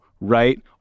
right